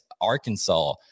Arkansas